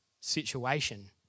situation